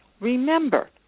Remember